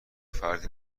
فرد